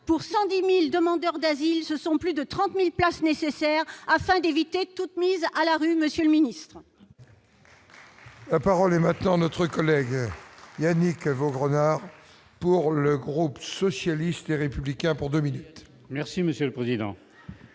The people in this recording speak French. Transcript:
pour 110000 demandeurs d'asile, ce sont plus de 30000 places nécessaires afin d'éviter toute mise à la rue, Monsieur le Ministre. La parole est maintenant notre collègue Yannick et Vaugrenard pour le groupe socialiste et républicain pour 2 minutes. Merci monsieur le président,